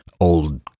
old